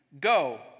Go